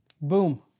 Boom